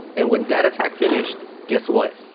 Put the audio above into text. and when that attack finished, guess what?